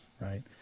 right